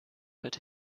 but